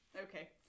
okay